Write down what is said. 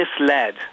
misled